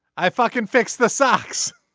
i fucking fixed the socks.